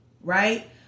right